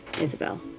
Isabel